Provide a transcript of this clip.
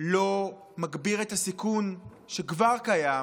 לא מגביר את הסיכון שכבר קיים